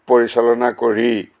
পৰিচালনা কৰি